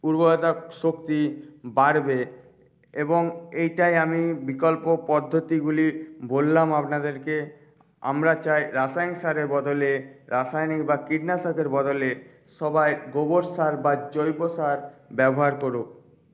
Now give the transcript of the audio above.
উর্বরতা শক্তি বাড়বে এবং এইটাই আমি বিকল্প পদ্ধতিগুলি বললাম আপনাদেরকে আমরা চাই রাসায়নিক সারের বদলে রাসায়নিক বা কীটনাশকের বদলে সবাই গোবর সার বা জৈব সার ব্যবহার করুক